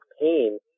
pain